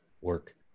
work